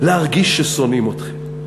להרגיש ששונאים אתכם?